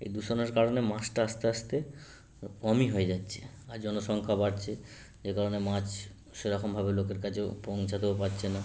এই দূষণের কারণে মাছটা আস্তে আস্তে কমই হয়ে যাচ্ছে আর জনসংখ্যা বাড়ছে যে কারণে মাছ সেরকমভাবে লোকের কাছে পৌঁছতেও পারছে না